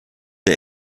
der